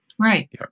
Right